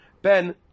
Ben